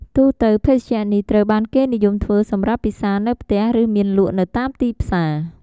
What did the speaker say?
ទូទៅ ភេសជ្ជៈនេះត្រូវបានគេនិយមធ្វើសម្រាប់ពិសារនៅផ្ទះ ឬមានលក់នៅតាមទីផ្សារ។